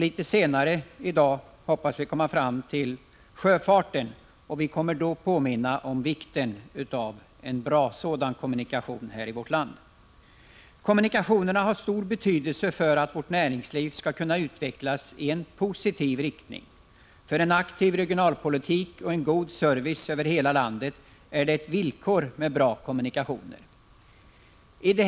Litet senare i dag hoppas vi komma fram till behandlingen av ärendet angående sjöfarten, och vi kommer då att påminna om vikten av en bra sådan kommunikation här i vårt land. Kommunikationerna har stor betydelse för att vårt näringsliv skall kunna utvecklas i positiv riktning. För en aktiv regionalpolitik och en god service över hela landet är bra kommunikationer ett villkor.